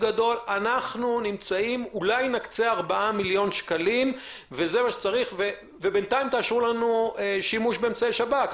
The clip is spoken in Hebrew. אולי נקצה ארבעה מיליון שקלים ובינתיים תאשרו לנו שימוש באמצעי שב"כ.